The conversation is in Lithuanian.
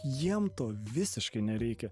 jiem to visiškai nereikia